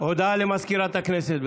לסגנית מזכיר הכנסת.